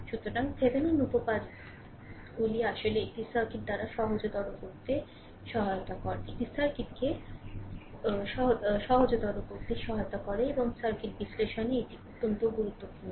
সুতরাং Thevenin উপপাদাগুলি আসলে একটি সার্কিট দ্বারা সহজতর করতে সহায়তা করে এবং সার্কিট বিশ্লেষণে এটি অত্যন্ত গুরুত্বপূর্ণ